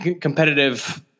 competitive